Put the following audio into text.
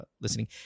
listening